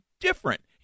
different